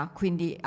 quindi